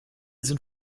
sind